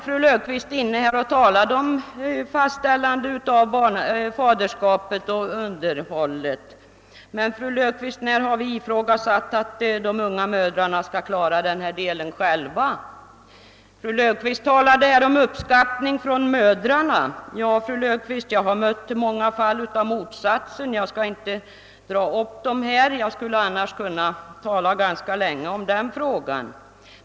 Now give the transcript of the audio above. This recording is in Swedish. Fru Löfqvist var inne på frågan om fastställande av faderskapet och underhållet. Jag vill emellertid fråga fru Löfqvist: När har vi ifrågasatt att de unga mödrarna skall klara den delen själva? Fru Löfqvist talade här om uppskattning från mödrarna. Ja, fru Löfqvist, jag har mött många fall av motsatsen. Jag skall inte dra upp några sådana fall här. Jag skulle annars kunna tala ganska länge om den saken.